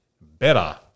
Better